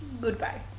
Goodbye